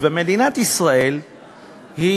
ומדינת ישראל היא